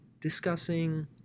discussing